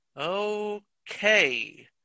Okay